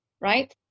right